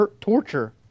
torture